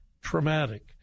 traumatic